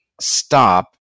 stop